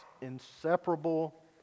inseparable